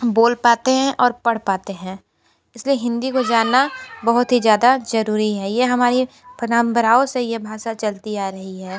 हम बोल पाते हैं और पढ़ पाते हैं इसलिए हिंदी को जाना बहुत ही ज़्यादा जरूरी है ये हमारी परम्पराओं से ये भाषा चलती आ रही है